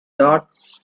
dots